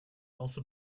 also